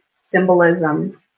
symbolism